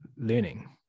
learning